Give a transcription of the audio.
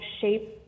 shape